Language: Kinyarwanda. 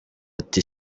ati